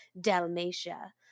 dalmatia